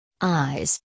eyes